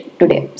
today